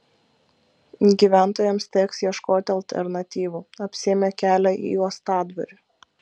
gyventojams teks ieškoti alternatyvų apsėmė kelią į uostadvarį